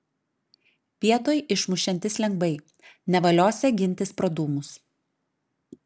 vietoj išmušiantis lengvai nevaliosią gintis pro dūmus